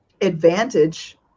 advantage